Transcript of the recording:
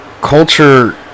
culture